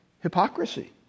hypocrisy